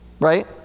right